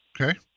Okay